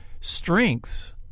strengths